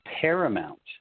paramount